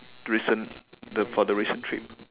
recent the for the recent trip